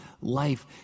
life